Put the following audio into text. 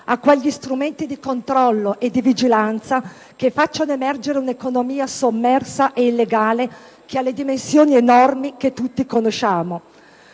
a quegli strumenti di controllo e di vigilanza che facciano emergere l'economia sommersa e illegale dalle enormi dimensioni che tutti conosciamo.